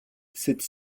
cette